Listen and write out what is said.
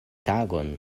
tagon